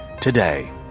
today